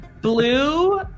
Blue